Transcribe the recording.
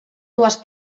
dues